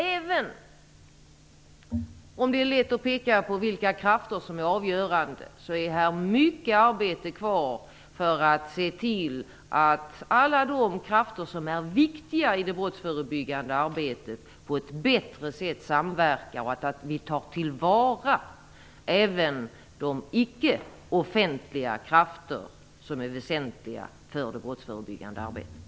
Även om det är lätt att peka på vilka krafter som är avgörande är det mycket arbete kvar för att se till att alla de krafter som är viktiga i det brottsförebyggande arbetet samverkar på ett bättre sätt och att vi tar till vara även de icke-offentliga krafter som är väsentliga för det brottsförebyggande arbetet.